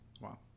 Wow